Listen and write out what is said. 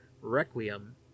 Requiem